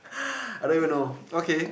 I don't even know okay